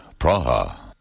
Praha